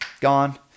Gone